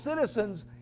citizens